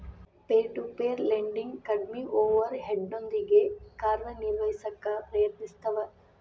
peer to peer lending ಕಡ್ಮಿ ಓವರ್ ಹೆಡ್ನೊಂದಿಗಿ ಕಾರ್ಯನಿರ್ವಹಿಸಕ ಪ್ರಯತ್ನಿಸ್ತವ